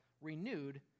renewed